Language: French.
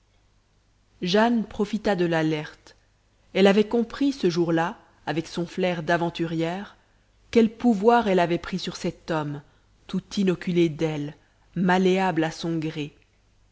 jane profita de l'alerte elle avait compris ce jour-là avec son flair d'aventurière quel pouvoir elle avait pris sur cet homme tout inoculé d'elle malléable à son gré